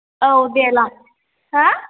औ दे ला हो